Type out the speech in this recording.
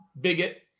bigot